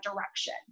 direction